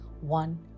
one